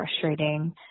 frustrating